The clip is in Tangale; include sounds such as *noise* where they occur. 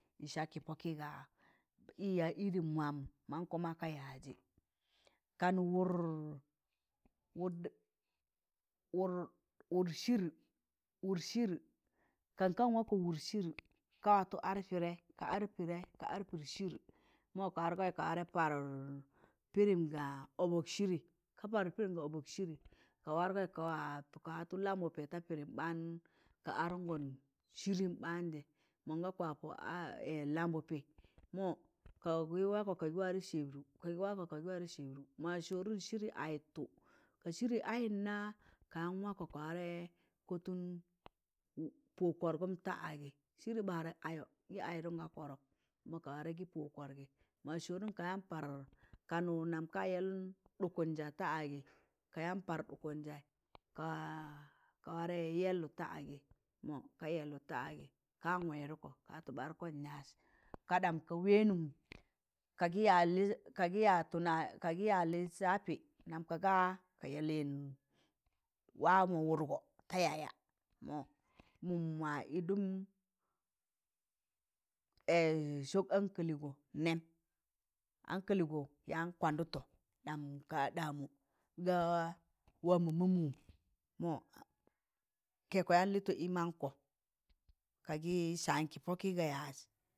Sakị pọkị gaa *unintelligible* man kọ ma ka yaazị kan wụd wụd sịịr kan kan wakọ wụd sịịr ka watụ ka ar pịdẹị ka ar pịdẹị ka ar pịdẹị mọ ka wargọị ka wa par pịdịm gaa ọbọk sịịrị ka parụt pịdịm ga ọbọk sịrị ka wargọị kaa watụ lambụpẹ ta pịdịm ɓaan ka arụṇọn sịrụm ɓaanzẹ mọnga kwapọ lambụpị mọ ka gị wakọ ka gị sẹbdụ ka gị wakọ kagị sẹbdụ maa sọọrụn sịrị aịyattụ ka sịrị ayụtna ka yaan wakọ kayaan ɓarụkọ pọ kọrgụm da agị sịrị ɓaadẹ ayọ gị aịdụn gaa kọrọk da ayị mọ sọọrụn ka yaan par kan nam ka yẹl ɗụkanza da agị ka yaan par ɗụkanzaị kaa ka warẹ yẹllụ da agị mọ ka yẹllụt da agị kaya wẹ ɗụkọ ka watụ ɓarụkọn yaaz kandam wẹẹnụm ka gị yaaz kanɗam ka weenu ka gi yaaz nam ka gaa ka lịịn wamọ wụdgọ da yaya mọ mụm ma ịllụn *hesitation* sọk hankaligo nẹm hankaligo yaan kwandu ɗam kaaɗamu kaa wamọ ma mụm mọ kẹkọ yaan lịttọ ị mankọ ka gịị saan kị pọkị ga yaaz.